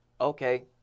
okay